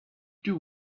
two